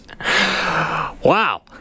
Wow